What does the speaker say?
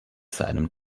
seinem